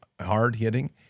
hard-hitting